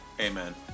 Amen